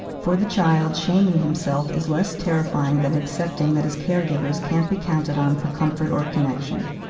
for the child, shaming himself is less terrifying than accepting that his caregivers can't be counted on for comfort or connection.